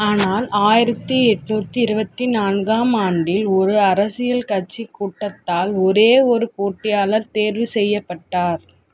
ஆனால் ஆயிரத்து எட்நூற்றி இருபத்தி நான்காம் ஆண்டில் ஒரு அரசியல் கட்சி கூட்டத்தால் ஒரே ஒரு போட்டியாளர் தேர்வு செய்யப்பட்டார்